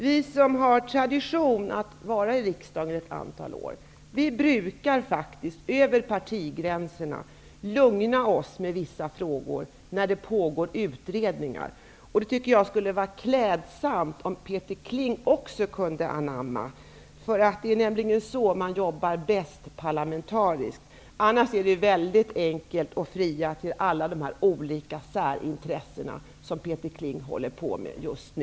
Vi som har varit i riksdagen ett antal år brukar faktiskt -- och det gäller över partigränserna -- lugna oss med att ställa yrkanden i frågor där det pågår utredningar. Jag tycker att det skulle vara klädsamt om Peter Kling också kunde göra det. Det är nämligen så man arbetar bäst parlamentariskt. Det är annars väldigt enkelt att, som Peter Kling just nu gör, fria till olika särintressen.